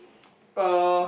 uh